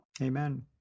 Amen